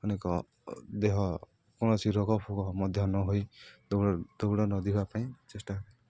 ଅନେକ ଦେହ କୌଣସି ରୋଗଫୋଗ ମଧ୍ୟ ନ ହୋଇ ଦୌଡ଼ ଦୌଡ଼ ପାଇଁ ଚେଷ୍ଟା ହୁଏ